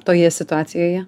toje situacijoje